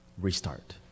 restart